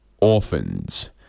orphans